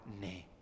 name